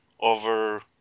Over